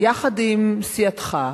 יחד עם סיעתך,